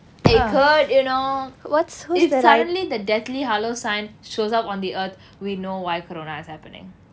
it could you know it suddenly the deathly hallow sign shows up on the earth we know why corona is happening